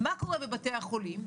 מה קורה בבתי החולים?